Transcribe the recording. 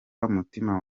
mutima